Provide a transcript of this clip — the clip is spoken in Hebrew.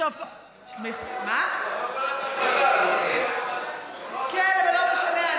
כן, אבל לא משנה.